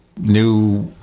new